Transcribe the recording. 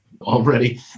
Already